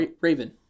Raven